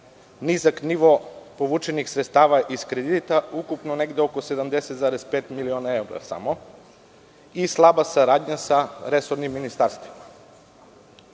nizak nivo povučenih sredstava iz kredita u iznosu od oko 170,5 miliona evra i slaba saradnja sa resornim ministarstvom.O